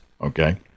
okay